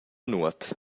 nuot